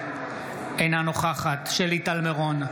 אינה נוכחת שלי טל מירון,